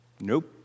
Nope